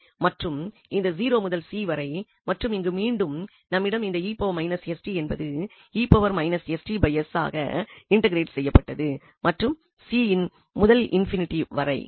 மற்றும் இந்த 0 முதல் c வரை மற்றும் இங்கு மீண்டும் நம்மிடம் இந்த என்பது ஆக இன்டெக்ரேட் செய்யப்பட்டது மற்றும் c முதல் இன்பினிட்டி வரை